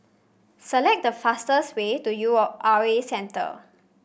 select the fastest way to U O R A Centre